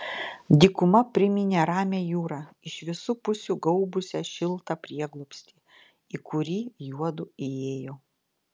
dykuma priminė ramią jūrą iš visų pusių gaubusią šiltą prieglobstį į kurį juodu įėjo